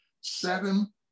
seven